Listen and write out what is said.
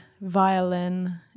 violin